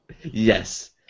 Yes